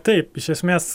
taip iš esmės